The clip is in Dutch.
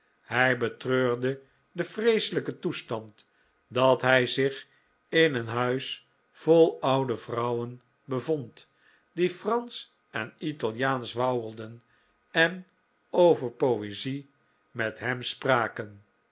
hij betreurde den vreeselijken toestand dat hij zich in een huis vol oude vrouwen bevond die fransch en italiaansch wauwelden en over poezie met hem spraken